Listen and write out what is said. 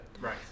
Right